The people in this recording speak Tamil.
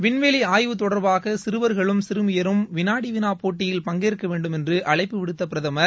விண்வெளி ஆய்வு தொடர்பாக சிறுவர்களும் சிறமியரும் வினாடி வினா போட்டியில் பங்கேறக வேண்டும்என்று அழைப்பு விடுத்த பிரதமர்